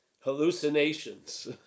hallucinations